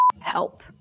help